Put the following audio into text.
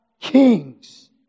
kings